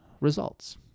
results